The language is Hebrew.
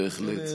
בהחלט.